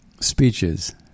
speeches